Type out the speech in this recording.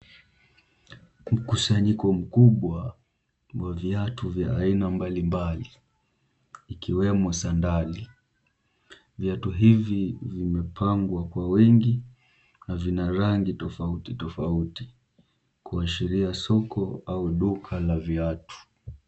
Mkusanyiko mkubwa wa viatu vya aina mbalimbali ikiwemo sandali. Viatu hivi vimepangwa kwa wengi na vina rangi tofauti tofauti, kuashiria soko au duka la viatu.